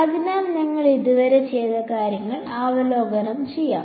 അതിനാൽ ഞങ്ങൾ ഇതുവരെ ചെയ്ത കാര്യങ്ങൾ അവലോകനം ചെയ്യാം